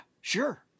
sure